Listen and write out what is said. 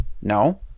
No